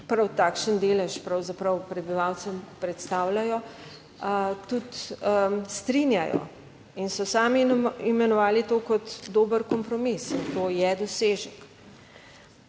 prav takšen delež pravzaprav prebivalcev predstavljajo, tudi strinjajo in so sami imenovali to kot dober kompromis in to je dosežek.